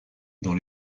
dans